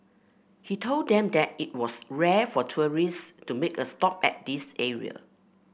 he told them that it was rare for tourists to make a stop at this area